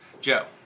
Joe